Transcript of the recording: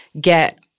get